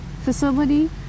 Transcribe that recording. facility